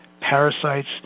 parasites